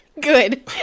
Good